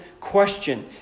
question